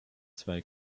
zwei